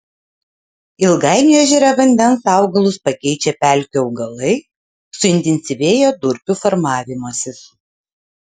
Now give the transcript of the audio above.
ilgainiui ežere vandens augalus pakeičia pelkių augalai suintensyvėja durpių formavimasis